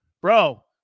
Bro